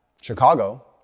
Chicago